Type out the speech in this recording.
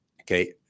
Okay